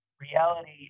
reality